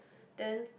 then